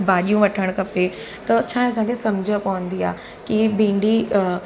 भाॼियूं वठणु खपे त छा असांखे सम्झ पवंदी आहे की भिंडी अ